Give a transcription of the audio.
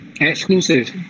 Exclusive